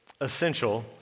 essential